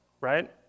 right